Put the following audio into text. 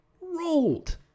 rolled